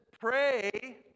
pray